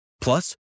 Plus